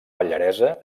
pallaresa